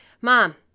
Mom